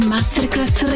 Masterclass